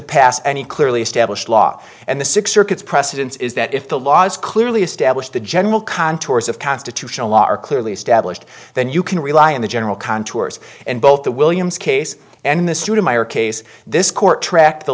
pass any clearly established law and the six circuits precedence is that if the law is clearly established the general contours of constitutional law are clearly established then you can rely on the general contours and both the williams case and the stoudemire case this court trick the